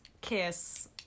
kiss